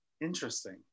interesting